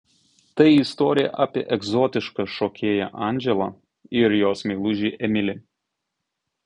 tai istorija apie egzotišką šokėją andželą ir jos meilužį emilį